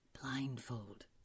blindfold